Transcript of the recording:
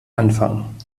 anfangen